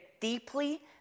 deeply